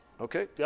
Okay